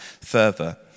further